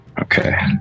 Okay